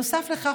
נוסף לכך,